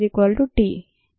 5ln 2t 10